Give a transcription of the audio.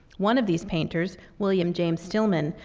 one of these painters, william james stillman,